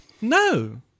no